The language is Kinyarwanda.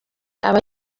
aba